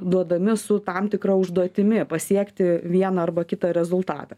duodami su tam tikra užduotimi pasiekti vieną arba kitą rezultatą